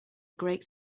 great